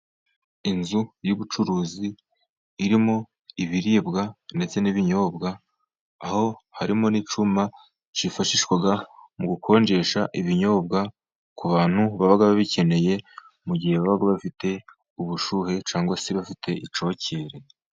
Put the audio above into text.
Inzu y'ubucuruzi irimo ibiribwa ndetse n'ibinyobwa, aho harimo n'icyuma cyifashishwa mu gukonjesha ibinyobwa ku bantu baba babikeneye, mu gihe baba bafite ubushyuhe cyangwa se bafite icyokere.